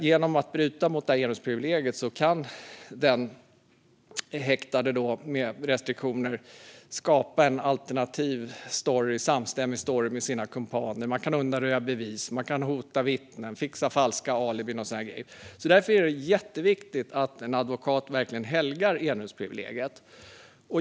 Genom att bryta mot enrumsprivilegiet kan en häktad med restriktioner skapa en alternativ, samstämmig story med sina kumpaner, undanröja bevis, hota vittnen, fixa falska alibin och så vidare. Därför är det jätteviktigt att en advokat verkligen helgar enrumsprivilegiet.